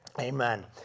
Amen